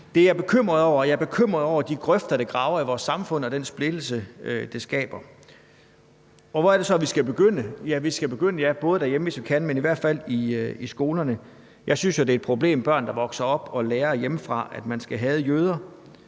jeg er bekymret over de grøfter, det graver i vores samfund, og den splittelse, det skaber. Hvor er det så, vi skal begynde? Ja, vi skal både begynde derhjemme, hvis vi kan, men i hvert fald også i skolerne. Jeg synes jo, det er et problem, hvis der er børn, der vokser op, og som hjemmefra lærer, at man skal hade jøder,